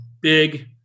big